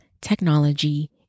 technology